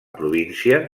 província